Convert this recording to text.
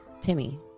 Timmy